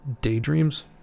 daydreams